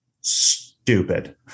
stupid